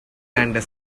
and